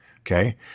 Okay